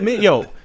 Yo